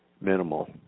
minimal